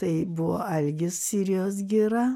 tai buvo algis sirijos gira